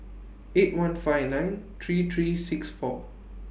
eight one five nine three three six four